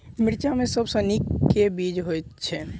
मिर्चा मे सबसँ नीक केँ बीज होइत छै?